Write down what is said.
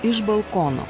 iš balkono